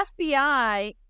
fbi